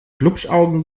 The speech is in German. glupschaugen